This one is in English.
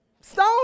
Stone